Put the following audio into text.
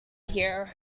here